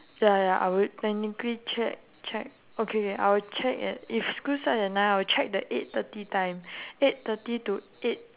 ya ya ya I would technically check check okay I would check at if school start at nine I will check the eight thirty time eight thirty to eight